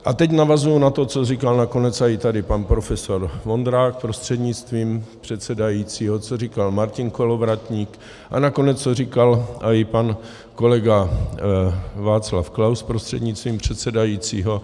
A teď navazuji na to, co říkal nakonec i tady pan profesor Vondrák prostřednictvím předsedajícího, co říkal Martin Kolovratník a nakonec co říkal i pan kolega Václav Klaus prostřednictvím předsedajícího.